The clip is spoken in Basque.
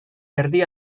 erdi